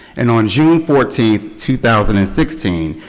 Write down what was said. and on june fourteenth, two thousand and sixteen,